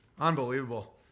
Unbelievable